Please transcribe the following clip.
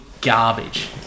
garbage